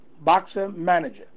boxer-manager